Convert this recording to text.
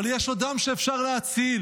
אבל יש עוד דם שאפשר להציל.